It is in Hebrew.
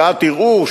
ערכאת ערעור,